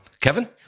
Kevin